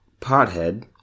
pothead